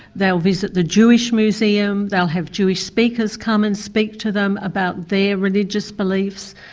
they'll visit the jewish museum, they'll have jewish speakers come and speak to them about their religious beliefs.